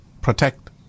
protect